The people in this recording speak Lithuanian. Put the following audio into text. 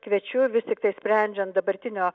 kviečiu vis tiktai sprendžiant dabartinio